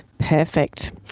Perfect